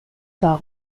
par